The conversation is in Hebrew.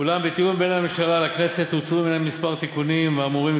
אולם בתיאום בין הממשלה לכנסת הוצאו ממנה התיקונים האמורים,